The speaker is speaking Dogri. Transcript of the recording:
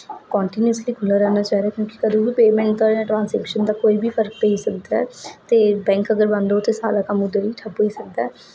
कंटीन्यूअसली खु'ल्ला रैहना चाहिदा क्योंकि कंदू बी पेमेंट दा जां ट्रांसजेक्शन दा कोई बी कम्म पेई सकदा ऐ ते बैंक अगर बंद होग ते सारा कम्म उद्धर गै ठप्प होई सकदा